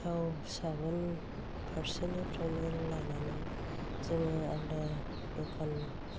थाव साबोन फारसेनिफ्रायनो लानानै जोङो आलादा दखान